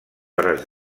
hores